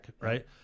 right